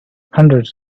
hundreds